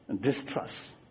distrust